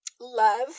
Love